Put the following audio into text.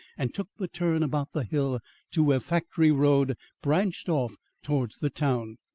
and took the turn about the hill to where factory road branched off towards the town.